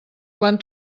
quan